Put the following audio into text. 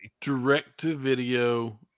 Direct-to-video